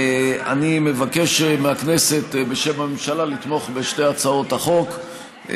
אני מבקש מהכנסת בשם הממשלה לתמוך בשתי הצעות החוק,